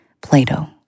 Plato